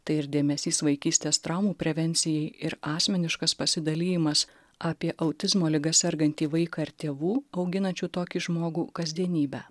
tai ir dėmesys vaikystės traumų prevencijai ir asmeniškas pasidalijimas apie autizmo liga sergantį vaiką ir tėvų auginančių tokį žmogų kasdienybę